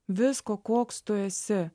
visko koks tu esi